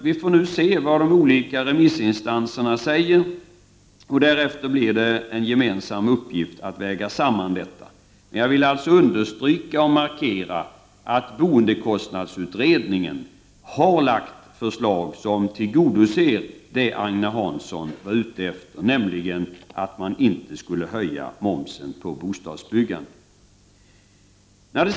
Vi får se vad de olika remissinstanserna säger. Därefter blir det en gemensam uppgift att väga samman detta. Men jag vill understryka att boendekostnadsutredningen har lagt fram förslag som tillgodoser det som Agne Hansson var ute efter, nämligen att man inte skulle höja momsen på bostadsbyggandet.